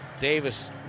Davis